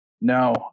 no